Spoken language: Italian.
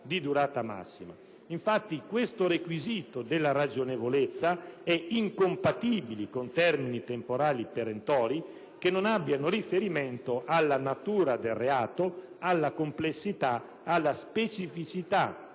massima. Il requisito della ragionevolezza, infatti, è incompatibile con termini temporali perentori che non abbiano riferimento alla natura del reato, alla complessità e alla specificità